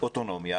אוטונומיה